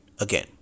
again